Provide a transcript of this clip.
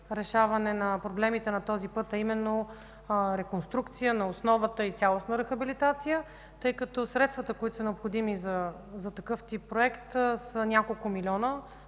решаване на проблемите на този път, а именно: реконструкция на основата и цялостна рехабилитация, тъй като средствата, които са необходими за такъв тип проект са няколко милиона,